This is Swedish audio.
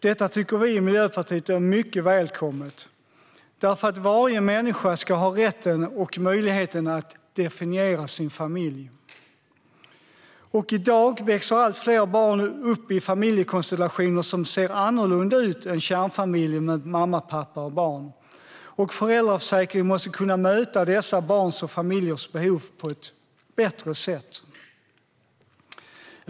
Detta tycker vi i Miljöpartiet är mycket välkommet, för varje människa ska ha rätten och möjligheten att definiera sin familj. I dag växer allt fler barn upp i familjekonstellationer som ser annorlunda ut än kärnfamiljen med mamma, pappa och barn, och föräldraförsäkringen måste kunna möta dessa barns och familjers behov på ett bättre sätt.